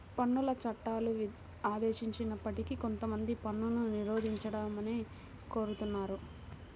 పన్నుల చట్టాలు ఆదేశిస్తున్నప్పటికీ కొంతమంది పన్నును నిరోధించమనే కోరుతున్నారు